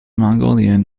mongolian